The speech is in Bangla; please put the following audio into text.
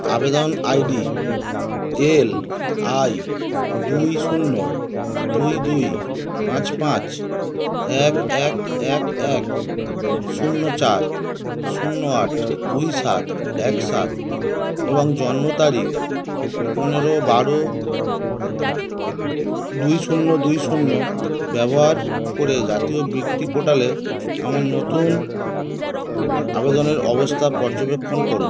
আবেদন আই ডি এল আই দুই শূন্য দুই দুই পাঁচ পাঁচ এক এক এক এক শূন্য চার শূন্য আট দুই সাত এক সাত এবং জন্ম তারিক পনেরো বারো দুই শূন্য দুই শূন্য ব্যবহার করে জাতীয় বৃত্তি পোর্টালে আমার নতুন আবেদনের অবস্থা পর্যবেক্ষণ করুন